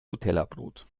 nutellabrot